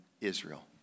Israel